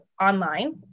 online